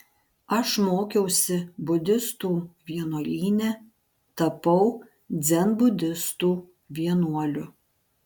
aš mokiausi budistų vienuolyne tapau dzenbudistų vienuoliu